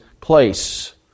place